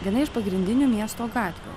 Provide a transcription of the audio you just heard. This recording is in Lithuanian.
viena iš pagrindinių miesto gatvių